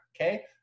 Okay